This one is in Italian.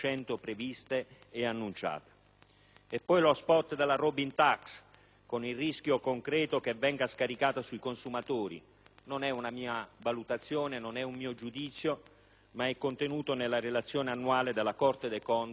ancora lo *spot* della *Robin tax*, con il rischio concreto che venga scaricata sui consumatori; non è una mia valutazione, non è un mio giudizio, ma è quanto è contenuto nella relazione annuale della Corte dei conti sulle spese dello Stato.